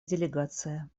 делегация